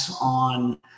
on